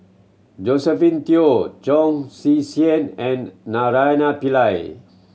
Josephine Teo Chong and Naraina Pillai